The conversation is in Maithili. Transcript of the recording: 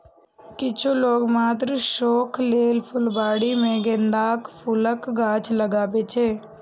किछु लोक मात्र शौक लेल फुलबाड़ी मे गेंदाक फूलक गाछ लगबै छै